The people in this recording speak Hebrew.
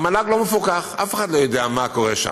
המל"ג לא מפוקח, אף אחד לא יודע מה קורה שם.